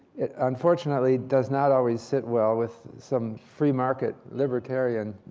it, unfortunately, does not always sit well with some free market libertarian